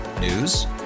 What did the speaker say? News